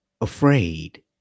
afraid